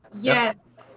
Yes